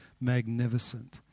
magnificent